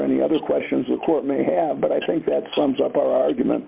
any other questions the court may have but i think that sums up our argument